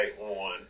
on